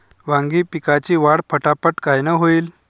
वांगी पिकाची वाढ फटाफट कायनं होईल?